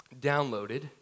downloaded